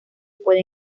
puede